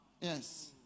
Yes